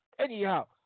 Anyhow